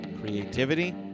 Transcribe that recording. Creativity